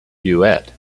duet